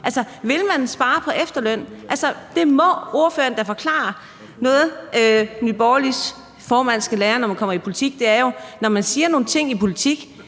Altså, vil man spare på efterlønnen? Det må ordføreren da forklare. Noget, som Nye Borgerliges formand skal lære om at komme ind i politik, er jo, at man, når man siger nogle ting i politik,